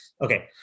okay